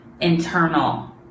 internal